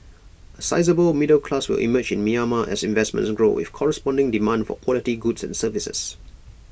A sizeable middle class will emerge in Myanmar as investments grow with corresponding demand for quality goods and services